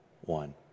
one